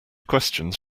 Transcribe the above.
questions